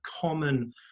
common